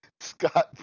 Scott